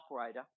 operator